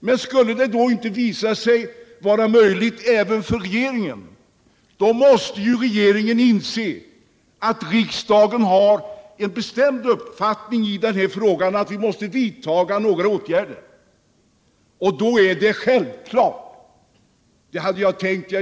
Men skulle det inte visa sig vara möjligt heller för regeringen att träffa överenskommelser, så måste regeringen inse att riksdagen har en bestämd uppfattning i frågan och att fortsatta åtgärder måste vidtas.